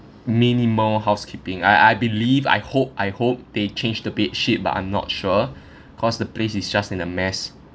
minimal housekeeping I I believe I hope I hope they changed the bedsheet but I'm not sure cause the place is just in a mess